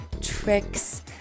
tricks